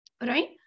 Right